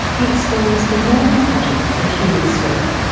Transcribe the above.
he explains the normal pattern of human sleep.